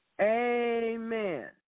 Amen